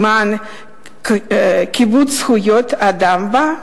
למען כיבוד זכויות אדם בה,